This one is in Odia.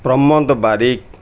ପ୍ରମୋଦ ବାରିକ